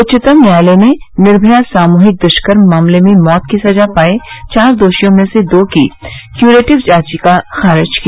उच्चतम न्यायालय ने निर्मया सामूहिक दुष्कर्म मामले में मौत की सजा पाये चार दोषियों में से दो की क्यूरेटिव याचिका खारिज की